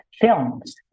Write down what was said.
films